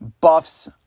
buffs